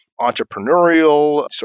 entrepreneurial